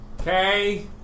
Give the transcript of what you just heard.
Okay